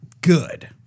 good